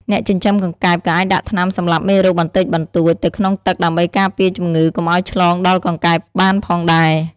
អ្នកចិញ្ចឹមកង្កែបក៏អាចដាក់ថ្នាំសម្លាប់មេរោគបន្តិចបន្តួចទៅក្នុងទឹកដើម្បីការពារជំងឺកុំឲ្យឆ្លងដល់កង្កែបបានផងដែរ។